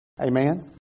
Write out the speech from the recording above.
amen